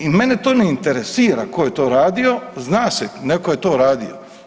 I mene to ne interesira tko je to radio, zna se, netko je to radio.